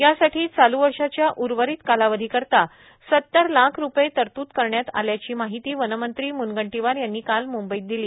यासाठी चालू वर्षाच्या उर्वरित कालावधीकरता सतर लाख रुपये तरतूद करण्यात आल्याची माहिती वनमंत्री म्नगंटीवार यांनी काल मंबईत दिली